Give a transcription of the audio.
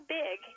big